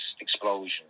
explosion